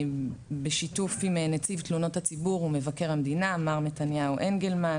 בשיתוף עם נציב תלונות הציבור ומבקר המדינה מר מתניהו אנגלמן.